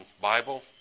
Bible